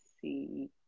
see